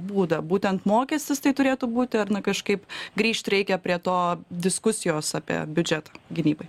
būdą būtent mokestis tai turėtų būti ar ne kažkaip grįžt reikia prie to diskusijos apie biudžetą gynybai